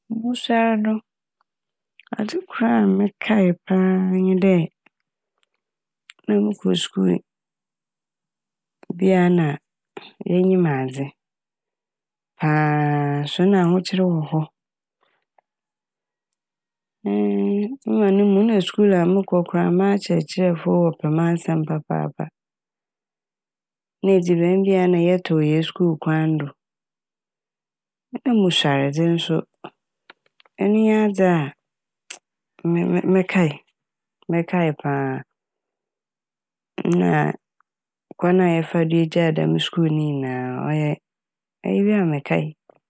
mosuar no adze kor a mekae paa nye dɛ na mokɔ skuul bi a na yenyim adze paa so na ahokyer wɔ hɔ mma no mu na skuul a mokɔ koraa m'akyerɛkyrɛfo wɔ pɛ m'asɛm papaapa na edziban bi a na yɛtɔ wɔ hɛn skuul kwan do. Na mosuar dze nso ɛno nye adze a me- me- mekae mekae paa na a kwan a yɛfaa do yegyae dɛm skuul no ne nyinaa ɔyɛ eyi bi a mekae.